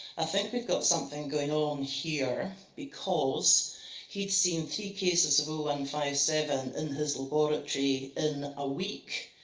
i think we've got something going on here. because he'd seen three cases of o one and five seven in his laboratory in a week.